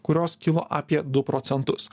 kurios kilo apie du procentus